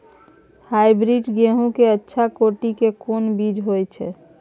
Hybrid गेहूं के अच्छा कोटि के कोन बीज होय छै?